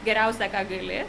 geriausia ką gali